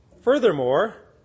Furthermore